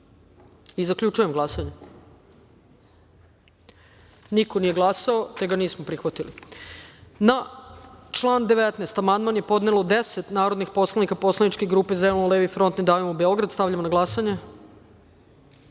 amandman. Zaključujem glasanje: niko nije glasao, te ga nismo prihvatili. Na član 19. amandman je podnelo deset narodnih poslanika poslaničke grupe Zeleno-levi front – Ne davimo Beograd. Stavljam na glasanje